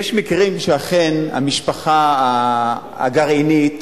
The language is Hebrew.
יש מקרים שאכן המשפחה הגרעינית